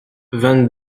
vingt